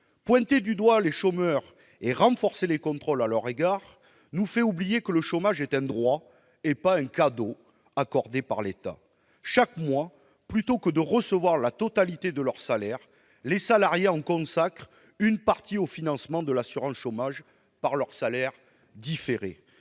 Pointer du doigt les chômeurs et renforcer les contrôles à leur égard nous font oublier que le chômage est un droit, pas un cadeau accordé par l'État. Chaque mois, plutôt que de recevoir la totalité de leur salaire, les salariés en consacrent une partie au financement de l'assurance chômage. Cette démarche